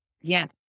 Yes